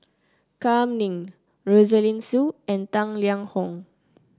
Kam Ning Rosaline Soon and Tang Liang Hong